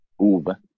Uva